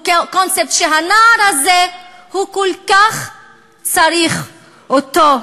הוא קונספט שהנער הזה כל כך צריך אותו.